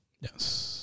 Yes